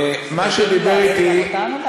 מה שאמר לי, גם אותנו להצעה?